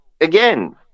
again